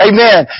Amen